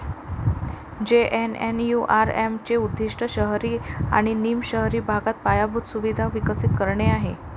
JNNURM चे उद्दीष्ट शहरी आणि निम शहरी भागात पायाभूत सुविधा विकसित करणे आहे